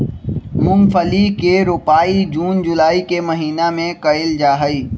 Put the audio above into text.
मूंगफली के रोपाई जून जुलाई के महीना में कइल जाहई